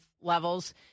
levels